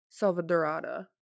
Salvadorada